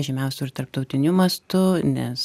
žymiausių ir tarptautiniu mastu nes